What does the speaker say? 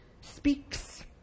speaks